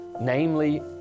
namely